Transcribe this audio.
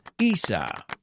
Isa